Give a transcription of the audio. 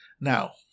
Now